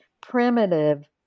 primitive